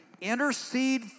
intercede